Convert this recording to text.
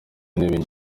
intebe